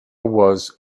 was